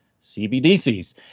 CBDCs